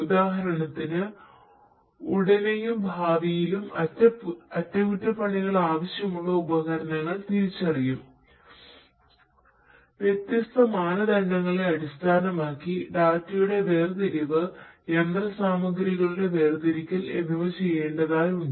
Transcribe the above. ഉദാഹരണത്തിന് ഉടനെയും ഭാവിയിലും അറ്റകുറ്റപ്പണികൾ ആവശ്യമുള്ള ഉപകരണങ്ങൾ തിരിച്ചറിയും വ്യത്യസ്ത മാനദണ്ഡങ്ങളെ അടിസ്ഥാനമാക്കി ഡാറ്റയുടെ വേർതിരിവ് യന്ത്രസാമഗ്രികളുടെ വേർതിരിക്കൽ എന്നിവ ചെയ്യേണ്ടതായുണ്ട്